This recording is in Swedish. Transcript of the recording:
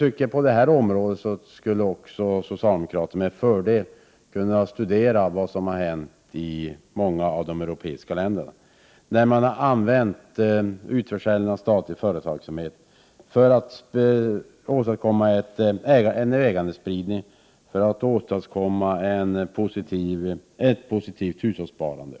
Även på detta område borde socialdemokraterna med fördel kunna studera vad som har hänt i många europeiska länder, som har företagit utförsäljning av statlig verksamhet för att åstadkomma en ägandespridning och ett positivt hushållssparande.